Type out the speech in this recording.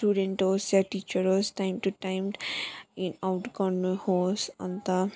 student होस् या teacher होस् time to time in out गर्नुहोस् अनि त